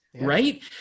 right